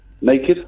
Naked